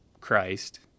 Christ